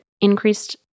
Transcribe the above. increased